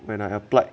when I applied